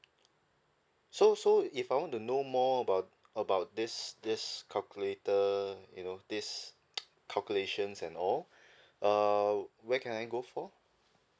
so so if I want to know more about about this this calculator you know this calculations and all err where can I go for